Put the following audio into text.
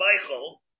Michael